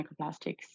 microplastics